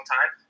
time